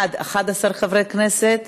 בעד, 11 חברי כנסת.